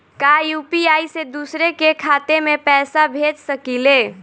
का यू.पी.आई से दूसरे के खाते में पैसा भेज सकी ले?